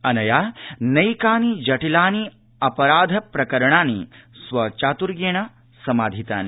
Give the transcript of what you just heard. अनया नैकानि जटिलानि अपराध प्रकरणानि स्वचातुर्येण समाधितानि